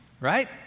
right